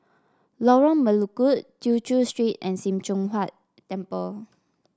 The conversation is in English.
Lorong Melukut Tew Chew Street and Sim Choon Huat Temple